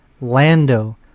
lando